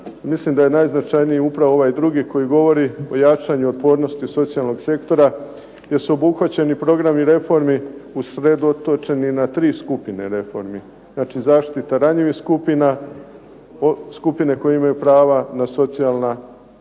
mislim da je najznačajniji upravo ovaj drugi koji govori o jačanju otpornosti socijalnog sektora gdje su obuhvaćeni programi reformi usredotočeni na tri skupine reformi, znači zaštita ranjivih skupina, skupine koje imaju prava na socijalna primanja,